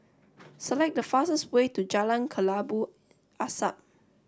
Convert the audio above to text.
select the fastest way to Jalan Kelabu Asap